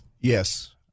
Yes